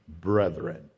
brethren